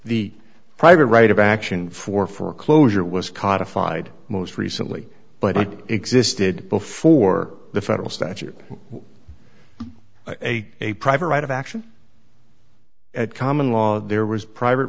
the private right of action for foreclosure was codified most recently but it existed before the federal statute a a private right of action at common law there was private